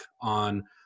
on